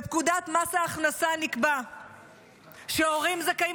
בפקודת מס הכנסה נקבע שהורים זכאים